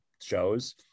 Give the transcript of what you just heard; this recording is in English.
shows